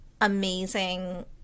amazing